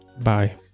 Bye